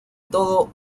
todo